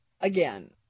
again